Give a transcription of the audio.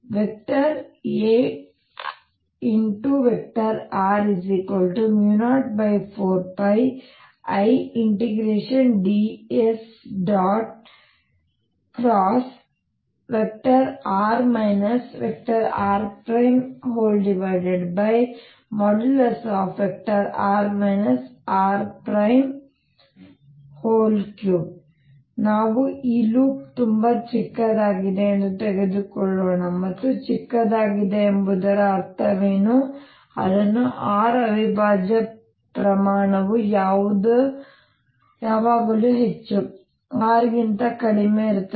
Ar04πIds×r rr r304πIds×r rr r3 ಈಗ ನಾವು ಈ ಲೂಪ್ ತುಂಬಾ ಚಿಕ್ಕದಾಗಿದೆ ಎಂದು ತೆಗೆದುಕೊಳ್ಳೋಣ ಮತ್ತು ಚಿಕ್ಕದಾಗಿದೆ ಎಂಬುದರ ಅರ್ಥವೇನು ಅಂದರೆ r ಅವಿಭಾಜ್ಯ ಪ್ರಮಾಣವು ಯಾವಾಗಲೂ ಹೆಚ್ಚು r ಗಿಂತ ಕಡಿಮೆ ಇರುತ್ತದೆ